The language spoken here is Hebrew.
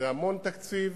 המון תקציב